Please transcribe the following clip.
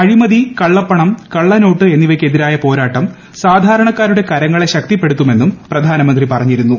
അഴിമതി കള്ളപ്പണം കള്ളനോട്ട് എന്നിവയ്ക്കെതിരായ പോരുട്ട് സാധാരണക്കാരുടെ കരങ്ങളെ ശക്തിപ്പെടുത്തുമെന്നും പ്രെയ്നമന്ത്രി പറഞ്ഞിരുന്നു